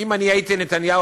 אילו אני הייתי נתניהו,